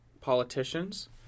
politicians